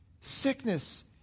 Sickness